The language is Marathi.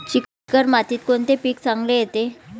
चिकण मातीत कोणते पीक चांगले येते?